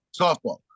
Softball